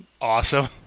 Awesome